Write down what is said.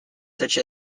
such